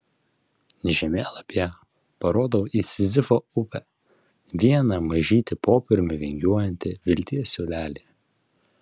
žemėlapyje parodau į sizifo upę vieną mažytį popieriumi vingiuojantį vilties siūlelį